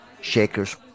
shakers